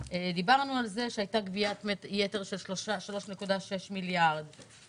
דיברנו על כך שהייתה גביית יתר של 3.6 מיליארד שקלים.